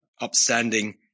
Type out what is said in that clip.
upstanding